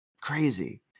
crazy